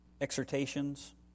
Exhortations